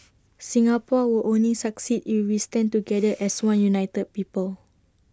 Singapore will only succeed if we stand together as one united people